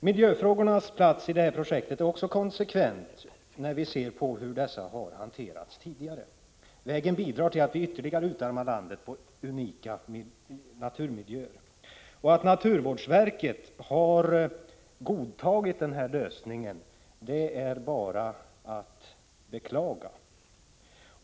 Miljöfrågornas plats i detta projekt är också konsekvent — vi ser hur dessa frågor har hanterats tidigare. Vägen bidrar till att man ytterligare utarmar landet på unika naturmiljöer. Att naturvårdsverket har godtagit denna lösning är bara att beklaga.